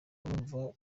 urumva